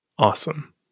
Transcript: Awesome